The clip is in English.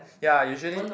ya usually